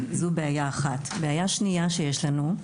הבעיה השנייה שיש לנו,